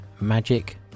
magic